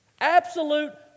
Absolute